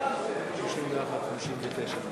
חברי הכנסת,